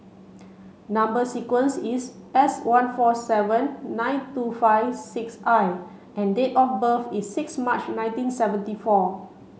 number sequence is S one four seven nine two five six I and date of birth is six March nineteen seventy four